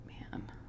Man